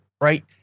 right